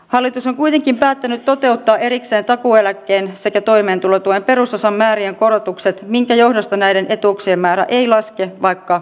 hallitus on kuitenkin päättänyt toteuttaa erikseen takuueläkkeen sekä toimeentulotuen perusosan määrien korotukset minkä johdosta näiden etuuksien määrä ei laske vaikka indeksi laskee